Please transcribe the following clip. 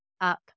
up